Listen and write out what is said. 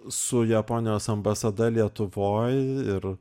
su japonijos ambasada lietuvoj ir